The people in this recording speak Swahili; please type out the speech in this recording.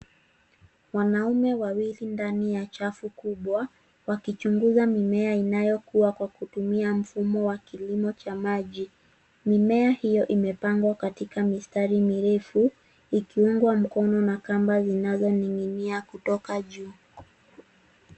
Wanaume wawili ndani ya chafu kubwa wakichunguza mimea inayokua kwa kutumia mfumo wa kilimo cha maji. Mimea hiyo imepangwa katika mistari mirefu ikiungwa mkono na kamba zinazoning'inia kutoka juu.